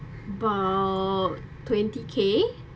about twenty k